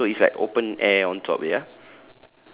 ya so it's like open air on top ya